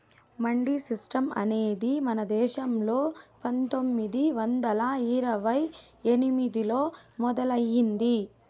mandi system అనేది మన దేశంలో పందొమ్మిది వందల ఇరవై ఎనిమిదిలో మొదలయ్యింది